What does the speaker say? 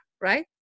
right